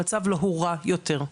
המצב לא הורע יותר.